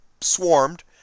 swarmed